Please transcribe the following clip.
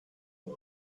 old